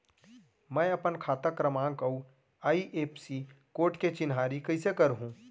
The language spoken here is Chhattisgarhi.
मैं अपन खाता क्रमाँक अऊ आई.एफ.एस.सी कोड के चिन्हारी कइसे करहूँ?